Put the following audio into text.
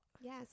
Yes